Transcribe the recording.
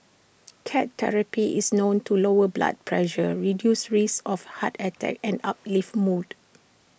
cat therapy is known to lower blood pressure reduce risks of heart attack and uplift mood